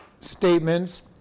statements